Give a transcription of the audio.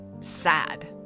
sad